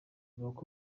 avuga